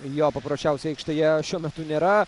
jo paprasčiausiai aikštėje šiuo metu nėra